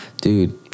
Dude